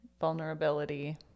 vulnerability